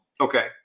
Okay